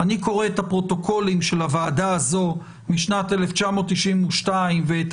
אני קורא את הפרוטוקולים של הוועדה הזו משנת 1992 ואת